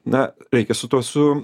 na reikia su tuo su